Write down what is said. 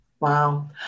Wow